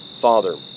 Father